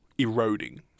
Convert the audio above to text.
eroding